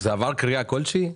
זה עבר קריאה כלשהי?